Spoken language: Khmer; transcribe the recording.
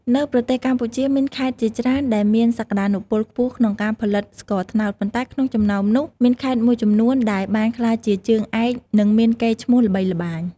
នៅប្រទេសកម្ពុជាមានខេត្តជាច្រើនដែលមានសក្ដានុពលខ្ពស់ក្នុងការផលិតស្ករត្នោត ប៉ុន្តែក្នុងចំណោមនោះ មានខេត្តមួយចំនួនដែលបានក្លាយជាជើងឯកនិងមានកេរ្តិ៍ឈ្មោះល្បីល្បាញ។